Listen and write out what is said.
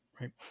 Right